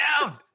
down